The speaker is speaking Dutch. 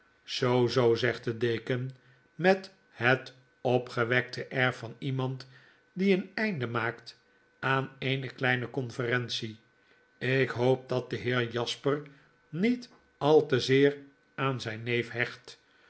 zoo zoo zegt de deken met het opgewekte air van iemand die een einde maakt aan eene kleine conference lk hoop dat de heer jasper niet al te zeer aan zynneefhecht